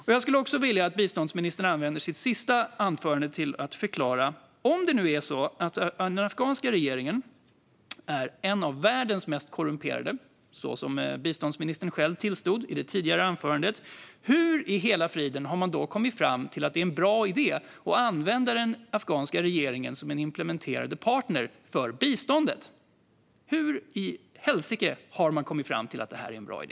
Jag skulle vilja att biståndsministern använder sitt sista anförande till att förklara något. Om det nu är så att den afghanska regeringen är en av världens mest korrumperade, så som biståndsministern själv tillstod i sitt tidigare anförande, hur i hela friden har man då kommit fram till att det är en bra idé att använda den afghanska regeringen som en implementerande partner för biståndet? Hur i helsike har man kommit fram till att det är en bra idé?